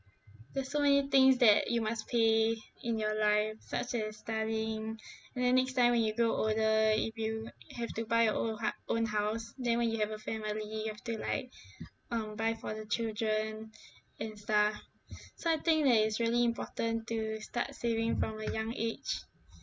there's so many things that you must pay in your life such as studying and then next time when you grow older if you have to buy your o~ ha~ own house then when you have a family you have to like um buy for the children and stuff so I think that it's really important to start saving from a young age